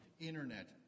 Internet